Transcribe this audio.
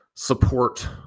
support